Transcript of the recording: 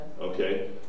Okay